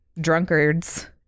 drunkards